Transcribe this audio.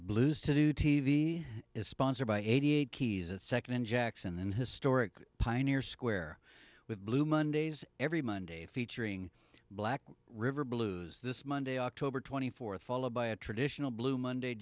blues to do t v is sponsored by eighty eight keys a second in jackson and historic pioneer square with blue mondays every monday featuring black river blues this monday october twenty fourth followed by a traditional blue monday